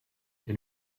est